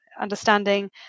understanding